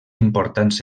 importants